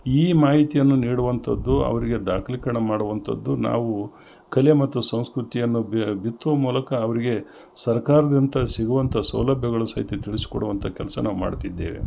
ಈ ಮಾಹಿತಿಯನ್ನ ನೀಡುವಂಥದ್ದು ಅವರಿಗೆ ದಾಖ್ಲಿಕರ್ಣ ಮಾಡುವಂಥದ್ದು ನಾವು ಕಲೆ ಮತ್ತು ಸಂಸ್ಕೃತಿಯನ್ನ ಬಿತ್ತುವ ಮೂಲಕ ಅವರಿಗೆ ಸರ್ಕಾರದಿಂತ ಸಿಗುವಂಥ ಸೌಲಭ್ಯಗಳು ಸಹಿತ ತಿಳಿಸ್ಕೊಡುವಂಥ ಕೆಲಸ ನಾವು ಮಾಡ್ತಿದ್ದೇವೆ